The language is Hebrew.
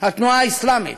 התנועה האסלאמית